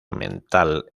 mental